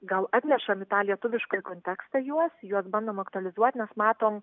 gal atnešam į tą lietuviškąjį kontekstą juos juos bandom aktualizuoti nes matom